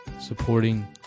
Supporting